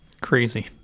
crazy